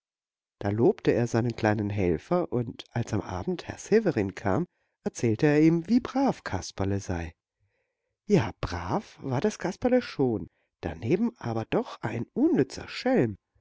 da lobte er seinen kleinen helfer und als am abend herr severin kam erzählte er ihm wie brav kasperle sei ja brav war das kasperle schon daneben aber doch ein unnützer schelm